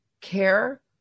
care